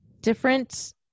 different